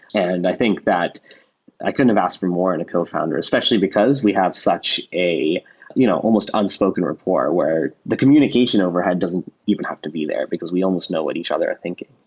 and i think that i couldn't have asked for more in a cofounder especially because we have such almost you know almost unspoken rapport where the communication overhead doesn't even have to be there because we almost know what each other are thinking.